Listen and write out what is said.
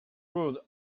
rule